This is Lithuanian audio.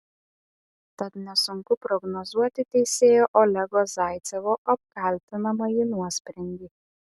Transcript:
tad nesunku prognozuoti teisėjo olego zaicevo apkaltinamąjį nuosprendį